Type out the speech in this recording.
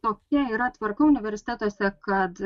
tokia yra tvarka universitetuose kad